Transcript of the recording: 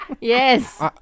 Yes